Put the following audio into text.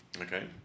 Okay